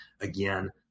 again